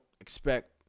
expect